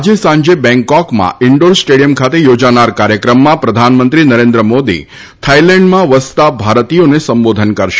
આજે સાંજે બેંગકોકમાં ઇન્ડોર સ્ટેડિયમ ખાતે યોજાનાર કાર્યક્રમમાં પ્રધાનમંત્રી નરેન્દ્ર મોદી થાઇલેન્ડમાં વસતા ભારતીયોને સંબોધન કરશે